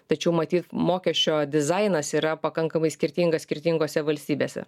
tačiau matyt mokesčio dizainas yra pakankamai skirtingas skirtingose valstybėse